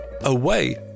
Away